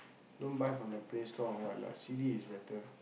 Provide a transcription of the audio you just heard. don't buy from the Play store or what lah C_D is better